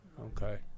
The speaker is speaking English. okay